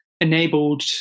enabled